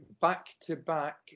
back-to-back